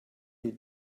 you